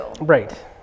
Right